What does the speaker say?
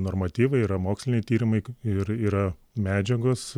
normatyvai yra moksliniai tyrimai ir yra medžiagos